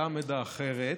את הלמ"ד האחרת.